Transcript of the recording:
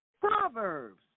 Proverbs